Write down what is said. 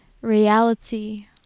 reality